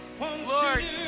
Lord